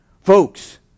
Folks